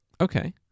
Okay